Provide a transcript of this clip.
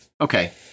Okay